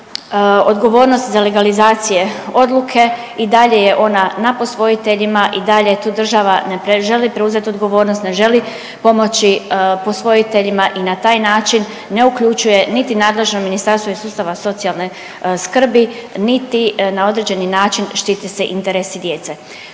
odgovornosti za legalizacije odluke i dalje je ona na posvojiteljima i dalje tu država ne želi preuzet odgovornost, ne želi pomoći posvojiteljima i na taj način ne uključuje niti nadležno Ministarstvo iz sustava socijalne skrbi, niti na određeni način štite se interesi djece.